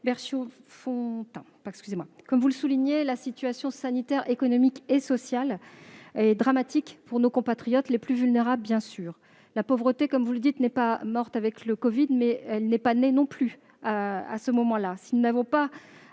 comme vous le soulignez, la situation sanitaire, économique et sociale est bien évidemment dramatique pour nos compatriotes les plus vulnérables. La pauvreté, comme vous le dites, n'est pas morte avec le covid, mais elle n'est pas non plus née avec